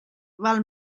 val